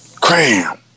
Cram